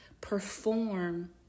perform